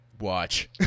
Watch